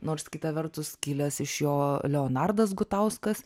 nors kita vertus kilęs iš jo leonardas gutauskas